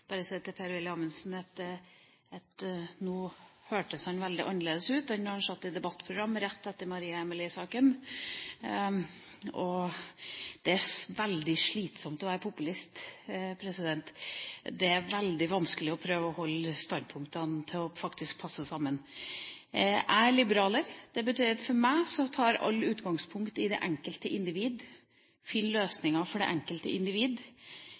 bare si til Per-Willy Amundsen at nå hørtes han veldig annerledes ut enn da han satt i debattprogram rett etter Maria Amelie-saken. Det er veldig slitsomt å være populist. Det er veldig vanskelig å prøve å få standpunktene til faktisk å passe sammen. Jeg er liberaler. Det betyr at man tar utgangspunkt i det enkelte individ, finner løsninger for det enkelte individ.